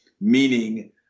meaning